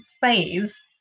phase